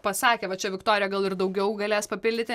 pasakė va čia viktorija gal ir daugiau galės papildyti